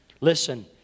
Listen